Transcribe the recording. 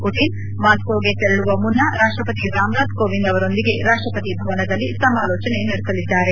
Putin ಮಾಸ್ಕೋಗೆ ತೆರಳುವ ಮುನ್ನ ರಾಷ್ಟ್ರಪತಿ ರಾಮನಾಥ್ ಕೋವಿಂದ್ ಅವರೊಂದಿಗೆ ರಾಷ್ಟ್ ಪತಿ ಭವನದಲ್ಲಿ ಸಮಾಲೋಚನೆ ನಡೆಸಲಿದ್ದಾರೆ